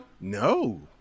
no